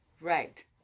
Right